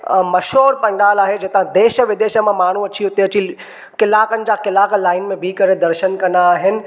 अ मशहूर पंडाल आहे जितां देश विदेश मां माण्हूं अची हुते अची कलाकनि जा कलाक लाइन में बिह करे दर्शन कंदा आहिनि